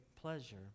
pleasure